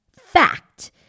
fact